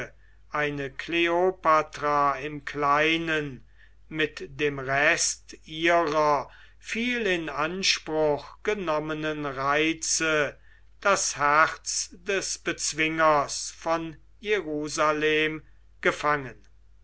eine kleopatra im kleinen mit dem rest ihrer viel in anspruch genommenen reize das herz des bezwingers von jerusalem gefangen